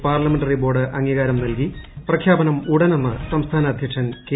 parliamentary board അംഗീകാരം നൽകി പ്രഖ്യാപനം ഉടനെന്ന് സംസ്ഥാന അധ്യക്ഷൻ കെ